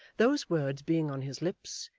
those words being on his lips,